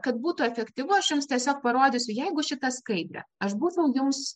kad būtų efektyvu aš jums tiesiog parodysiu jeigu šitą skaidrę aš būčiau jums